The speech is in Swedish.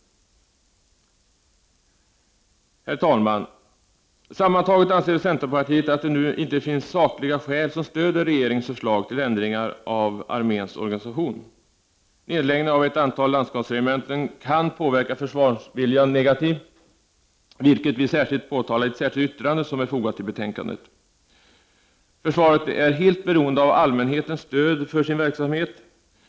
Herr talman! Sammantaget anser centerpartiet att det nu inte finns sakliga skäl som stöder regeringens förslag till ändringar av arméns organisation. Nedläggningen av ett antal landskapsregementen kan påverka försvarsviljan negativt, vilket vi särskilt påtalat i ett särskilt yttrande som är fogat till betänkandet. Försvaret är helt beroende av allmänhetens stöd för sin verksamhet.